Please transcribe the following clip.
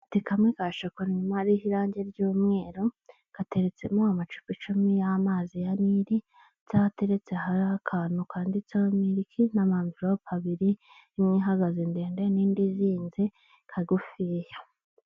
Akabati kamwe ka shokora, inyuma hariho irange ry'umweru gateretsemo amacupa icumi y'amazi ya niri (Nil) byaho ateretse hariho akantu kanditseho miriki (amata, milk) n'ama enverope abiri, imwe ihagaze ndende n'indi izinze kagufiya.